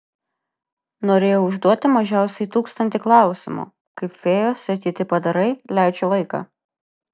norėjau užduoti mažiausiai tūkstantį klausimų kaip fėjos ir kiti padarai leidžia laiką